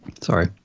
Sorry